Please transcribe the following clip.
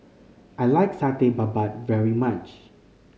I like Satay Babat very much